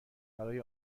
برای